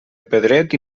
pedret